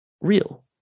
real